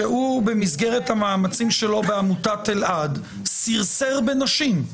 שבמסגרת המאמצים שלו בעמותת אלעד הוא סרסר בנשים.